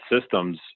systems